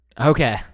okay